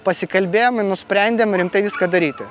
pasikalbėjom i nusprendėm rimtai viską daryti